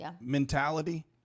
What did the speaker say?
mentality